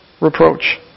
reproach